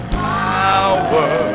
power